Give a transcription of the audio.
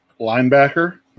Linebacker